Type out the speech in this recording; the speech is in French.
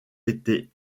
été